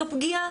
זו פגיעה,